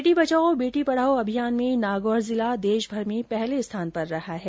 बेटी बचाओ बेटी पढाओ अभियान में नागौर जिला देशभर में पहले स्थान पर रहा है